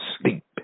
sleep